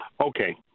Okay